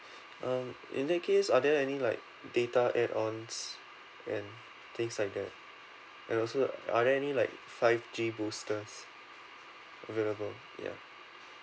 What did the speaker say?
mm in that case are there any like data add ons and things like that and also are there any like five G boosters available ya